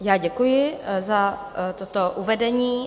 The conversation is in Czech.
Já děkuji za toto uvedení.